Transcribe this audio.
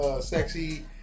sexy